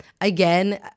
Again